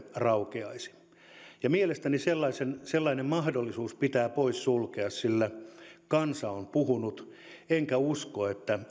raukeaisi ja mielestäni sellainen sellainen mahdollisuus pitää poissulkea sillä kansa on puhunut enkä usko että